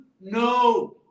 No